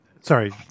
sorry